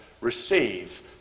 receive